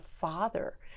father